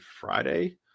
Friday